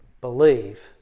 believe